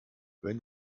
wenn